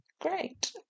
great